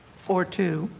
for too.